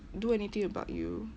do anything about you